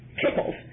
pickles